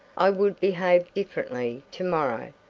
i would behave differently to-morrow.